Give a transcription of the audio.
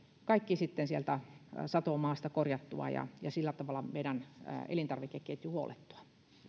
kaikki sieltä satomaasta korjattua ja ja sillä tavalla meidän elintarvikeketjumme huollettua